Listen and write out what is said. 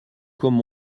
comme